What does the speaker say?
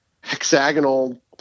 hexagonal